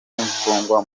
n’imfungwa